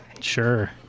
Sure